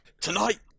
tonight